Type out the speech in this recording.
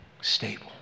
stable